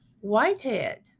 Whitehead